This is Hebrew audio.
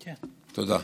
תודה.